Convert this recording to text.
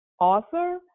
author